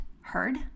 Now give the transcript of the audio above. heard